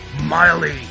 Miley